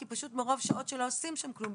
כי פשוט מרוב שעות שלא עושים שם כלום,